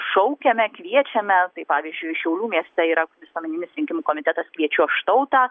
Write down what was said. šaukiame kviečiame tai pavyzdžiui šiaulių mieste yra visuomeninis rinkimų komitetas kviečiu aš tautą